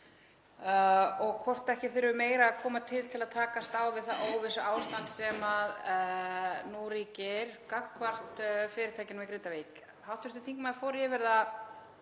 og hvort ekki þurfi meira að koma til til að takast á við það óvissuástand sem nú ríkir gagnvart fyrirtækjunum í Grindavík. Hv. þingmaður fór yfir það